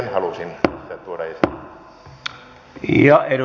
sen halusin tuoda esille